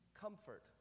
comfort